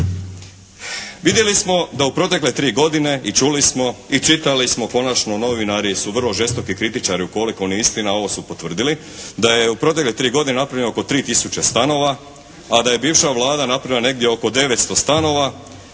Vidjeli smo da u protekle tri godine i čuli smo, i čitali smo, konačno novinari su vrlo žestoki kritičari ukoliko nije istina a ovo su potvrdili da je u protekle tri godine napravljeno oko 3 tisuće stanova a da je bivša Vlada napravila negdje oko 900 stanova